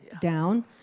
down